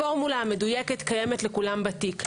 הפורמולה המדויקת קיימת לכולם בתיק.